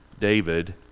David